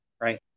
right